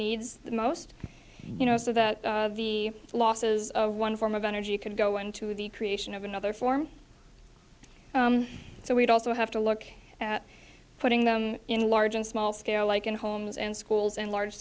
the most you know so that the losses of one form of energy could go into the creation of another form so we'd also have to look at putting them in large and small scale like in homes and schools and large